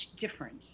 difference